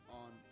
on